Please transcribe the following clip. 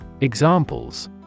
Examples